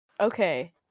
Okay